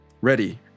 Ready